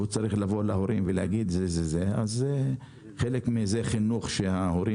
והוא צריך לבוא להורים ולבקש - חלק מזה זה חינוך שההורים